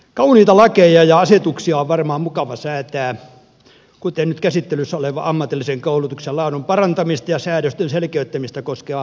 kauniita lakeja ja asetuksia on varmaan mukava säätää kuten nyt käsittelyssä oleva ammatillisen koulutuksen laadun parantamista ja säädösten selkeyttämistä koskeva lainsäädäntö